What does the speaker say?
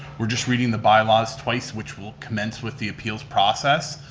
we're just reading the bylaws twice, which will commence with the appeals process,